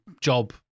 job